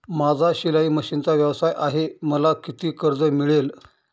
माझा शिलाई मशिनचा व्यवसाय आहे मला किती कर्ज मिळेल?